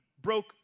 broke